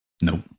Nope